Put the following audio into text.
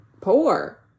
poor